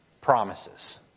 promises